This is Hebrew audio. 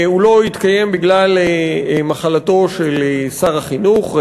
הוא לא התקיים בגלל מחלתו של שר החינוך,